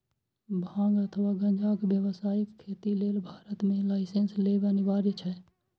भांग अथवा गांजाक व्यावसायिक खेती लेल भारत मे लाइसेंस लेब अनिवार्य छै